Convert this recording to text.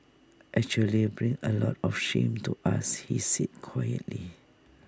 actually bring A lot of shame to us he said quietly